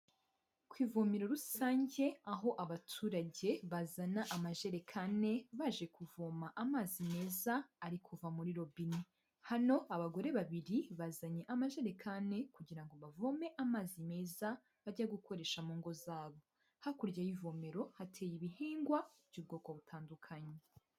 Ku ivomero rusange aho abaturage bazana amajerekane baje kuvoma amazi meza ari kuva muri robine. Hano abagore babiri bazanye amajerekane kugira ngo bavome amazi meza bajya gukoresha mu ngo zabo. Hakurya y'ivomero hateye ibihingwa by'ubwoko butandukanye.